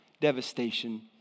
devastation